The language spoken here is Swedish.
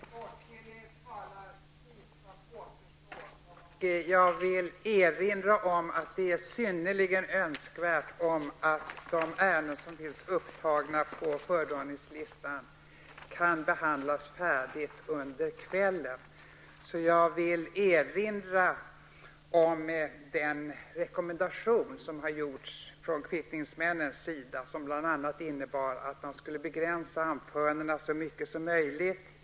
Det är åtskillig talartid som återstår och jag vill erinra om att det är synnerligen önskvärt att de ärenden som finns upptagna på föredragningslistan kan behandlas färdigt under kvällen. Jag vill erinra om den rekommendation som har gjorts av kvittningsmännen som bl.a. innebär att man skall begränsa anförandena så mycket som möjligt.